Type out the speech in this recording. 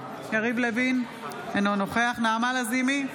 אינו נוכח נעמה לזימי,